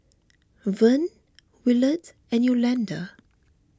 Vern Williard and Yolanda